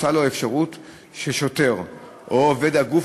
תוצע לו האפשרות ששוטר או עובד הגוף